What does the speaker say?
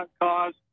cause